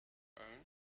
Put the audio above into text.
own